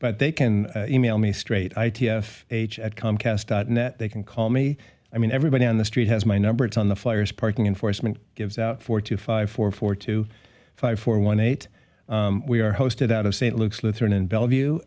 but they can email me straight i t f h at comcast dot net they can call me i mean everybody on the street has my number it's on the flyers parking enforcement gives out four to five four four two five four one eight we are hosted out of st luke's lutheran in bellevue